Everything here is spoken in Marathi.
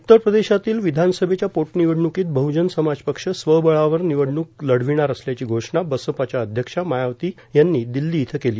उत्तर प्रदेशातील विधानसभेच्या पोटनिवडणूकीत बहुजन समाज पक्ष स्वबळावर निवडणूक लढविणार असल्याची घोषणा बसपाच्या अध्यक्षा मायावती यांनी दिल्ली इथं केली